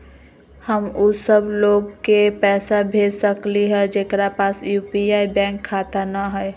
हम उ सब लोग के पैसा भेज सकली ह जेकरा पास यू.पी.आई बैंक खाता न हई?